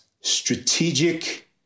strategic